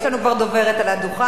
יש לנו כבר דוברת על הדוכן.